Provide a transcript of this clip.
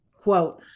quote